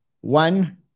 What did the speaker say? one